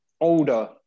older